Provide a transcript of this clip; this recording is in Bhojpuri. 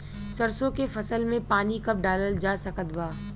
सरसों के फसल में पानी कब डालल जा सकत बा?